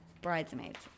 bridesmaid's